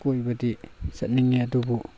ꯀꯣꯏꯕꯗꯤ ꯆꯠꯅꯤꯡꯉꯦ ꯑꯗꯨꯕꯨ